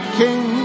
king